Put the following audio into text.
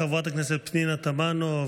חברת הכנסת פנינה תמנו.